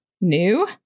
new